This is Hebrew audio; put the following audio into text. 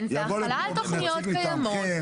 תסבירי את הרקע.